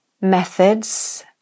methods